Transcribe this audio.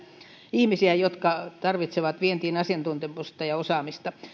ihmisiä jotka tarvitsevat vientiin asiantuntemusta ja osaamista